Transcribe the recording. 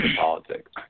politics